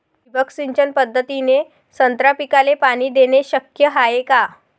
ठिबक सिंचन पद्धतीने संत्रा पिकाले पाणी देणे शक्य हाये का?